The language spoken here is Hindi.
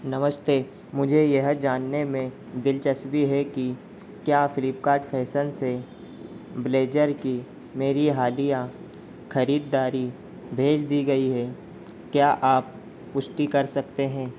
नमस्ते मुझे यह जानने में दिलचस्पी है कि क्या फ्लीपकार्ट फैसन से ब्लेजर की मेरी हालिया ख़रीदारी भेज दी गई है क्या आप पुष्टि कर सकते हैं